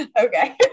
Okay